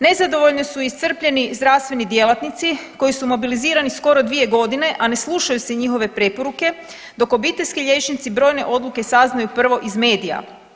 Nezadovoljni su iscrpljeni zdravstveni djelatnici koji su mobilizirani skoro dvije godine, a ne slušaju se njihove preporuke dok obiteljski liječnici brojne odluke saznaju prvo iz medija.